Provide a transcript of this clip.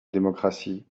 démocratie